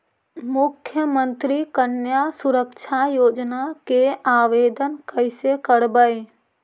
मुख्यमंत्री कन्या सुरक्षा योजना के आवेदन कैसे करबइ?